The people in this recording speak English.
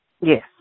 Yes